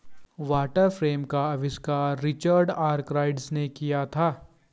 water frame का आविष्कार Richard Arkwright ने किया था